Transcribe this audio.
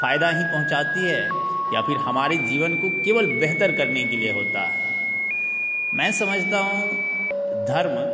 फ़ायदा ही पहुंचाती है या फिर हमारे जीवन को केवल बेहतर करने के लिए होता है मैं समझता हूँ धर्म